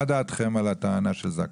מה דעתכם על הטענה של זכאי?